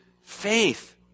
faith